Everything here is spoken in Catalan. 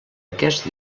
aquest